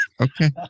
Okay